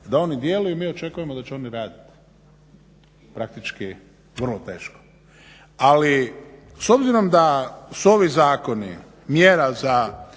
da oni djeluju i mi očekujemo da će oni raditi. Praktički vrlo teško. Ali s obzirom da su ovi zakoni mjera za